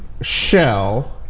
Shell